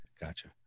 Gotcha